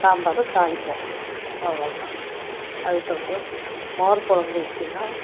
சாம்பாரை தாளிப்போம் அவ்வளோ தான் அதுக்கப்பறோம் மோர் குழம்பு எப்படின்னா